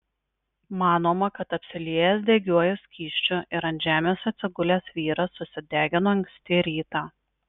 manoma kad apsiliejęs degiuoju skysčiu ir ant žemės atsigulęs vyras susidegino anksti rytą